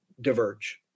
diverge